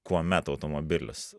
kuomet automobilis